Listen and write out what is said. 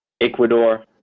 Ecuador